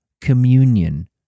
communion